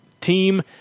team